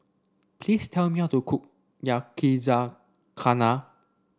please tell me how to cook Yakizakana